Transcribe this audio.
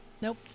Nope